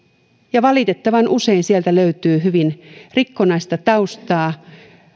valitettavan usein sieltä löytyy hyvin rikkonaista taustaa